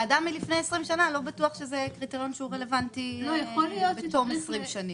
ועדה מלפני 20 שנה לא בטוח שזה קריטריון שהוא רלוונטי בתום 20 שנים.